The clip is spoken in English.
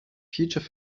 future